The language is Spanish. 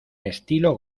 estilo